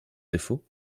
défaut